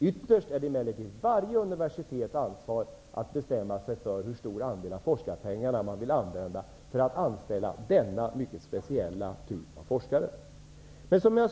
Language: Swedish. Ytterst är det emellertid varje universitets eget ansvar att bestämma sig för hur stor andel av forskarpengarna man vill använda för att anställa denna mycket speciella typ av forskare. Herr talman!